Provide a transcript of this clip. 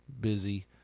busy